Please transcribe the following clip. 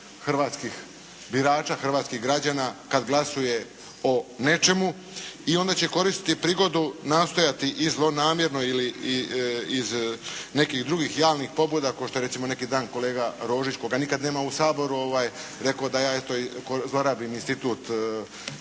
hrvatskih birača, hrvatskih građana kad glasuje o nečemu i onda će koristiti prigodu nastojati i zlonamjerno i iz nekih drugih javnih pobuda kao što je recimo neki dan kolega Rožić koga nikad nema u Saboru rekao da ja eto zlorabim institut